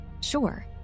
Sure